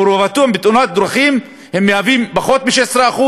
הם מהווים פחות מ-16%,